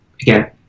again